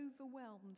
overwhelmed